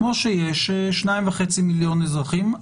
כמו שיש 2.5 מיליון אזרחים,